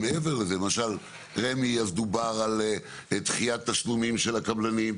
למשל רמ"י אז דובר על דחיית תשלומים של הקבלנים,